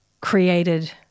created